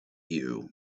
you